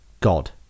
God